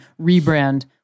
rebrand